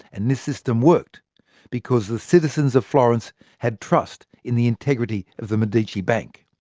and this system worked because the citizens of florence had trust in the integrity of the medici bank.